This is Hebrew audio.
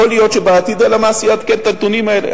יכול להיות שבעתיד הלמ"ס יעדכן את הנתונים האלה.